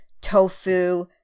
tofu